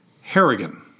Harrigan